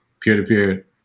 peer-to-peer